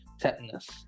tetanus